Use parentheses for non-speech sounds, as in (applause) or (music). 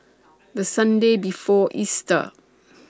The Sunday before Easter (noise)